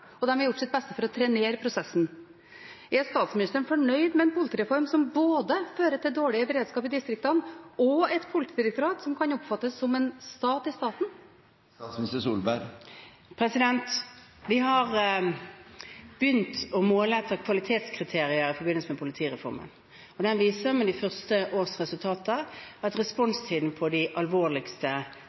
og de har gjort sitt beste for å trenere prosessen. Er statsministeren fornøyd med en politireform som både fører til dårlig beredskap i distriktene og et politidirektorat som kan oppfattes som en stat i staten? Vi har begynt å måle etter kvalitetskriterier i forbindelse med politireformen, og det viser ut fra de første års resultater at responstiden på de alvorligste